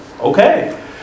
okay